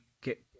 get